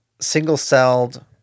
single-celled